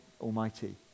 Almighty